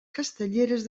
castelleres